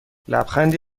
لبخندی